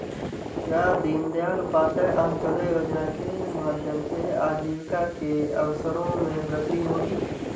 क्या दीन दयाल उपाध्याय अंत्योदय योजना के माध्यम से आजीविका के अवसरों में वृद्धि होगी?